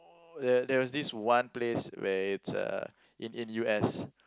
there there was this one place where it's uh in in U_S